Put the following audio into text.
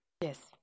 Yes